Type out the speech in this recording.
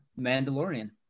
Mandalorian